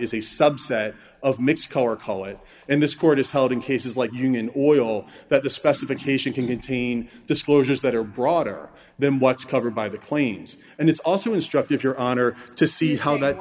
is a subset of mixed color call it and this court is held in cases like union oil that the specification can contain disclosures that are broader than what's covered by the claims and it's also instructive your honor to see how that